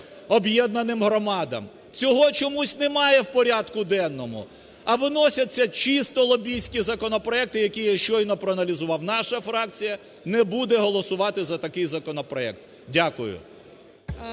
об'єднаним громадам. Цього чомусь немає в порядку денному, а виносяться чисто лобістські законопроекти, які я щойно проаналізував. Наша фракція не буде голосувати за такий законопроект. Дякую.